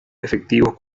efectivos